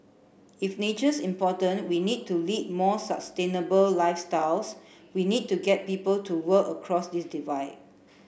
if nature's important we need to lead more sustainable lifestyles we need to get people to work across this divide